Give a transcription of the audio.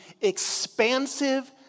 expansive